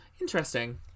Interesting